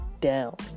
down